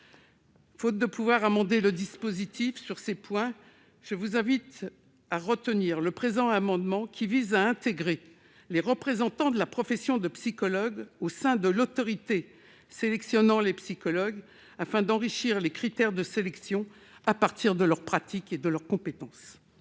Faute de pouvoir amender le dispositif sur ces points, je vous invite à retenir le présent amendement qui vise à intégrer les représentants de la profession de psychologue au sein de l'autorité sélectionnant les psychologues, afin d'enrichir les critères de sélection à partir de leurs pratiques et de leurs compétences.